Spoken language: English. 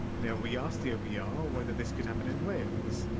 yeah we asked the obr ah whether this could happen in wales,